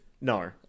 No